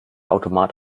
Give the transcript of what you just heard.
automat